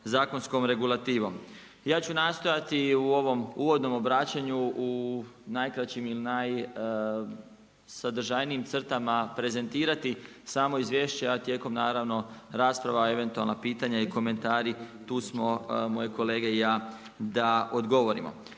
zakonskom regulativnom. Ja ću nastojati u ovom uvodnom obraćenju u najkraćim ili najsadržajnijim crtama prezentirati samo izvješće, a tijekom naravno rasprava o eventualna pitanja i komentari, tu smo moje kolege i ja da odgovorimo.